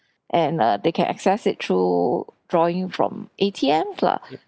and uh they can access it through drawing from A_T_M lah